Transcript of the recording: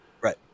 right